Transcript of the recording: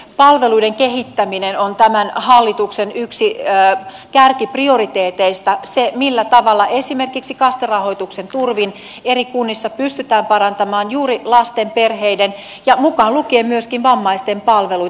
palveluiden kehittäminen on tämän hallituksen yksi kärkiprioriteeteista se millä tavalla esimerkiksi kaste rahoituksen turvin eri kunnissa pystymään parantamaan juuri lasten perheiden mukaan lukien myöskin vammaiset palveluita